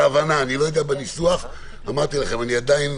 יודע לגבי הניסוח, אמרתי לכם שאני עדיין